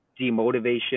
demotivation